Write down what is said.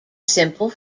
simple